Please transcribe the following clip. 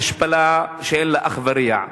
השפלה שאין לה אח ורע,